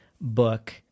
book